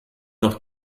noch